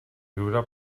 riure